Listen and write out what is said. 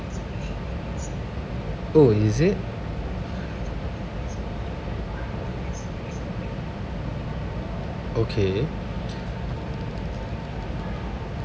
oh is it okay